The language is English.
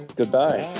goodbye